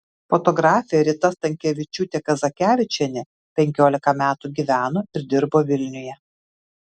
fotografė rita stankevičiūtė kazakevičienė penkiolika metų gyveno ir dirbo vilniuje